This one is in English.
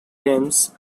games